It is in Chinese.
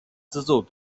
资助